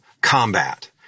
combat